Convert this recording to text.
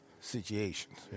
situations